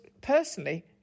personally